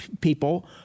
people